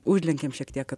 užlenkiam šiek tiek kad